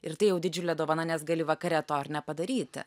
ir tai jau didžiulė dovana nes gali vakare to ir nepadaryti